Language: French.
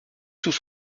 sous